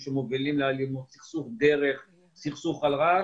אין שום הקלות לאף יחידה בטיפול באירועי הרצח.